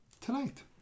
tonight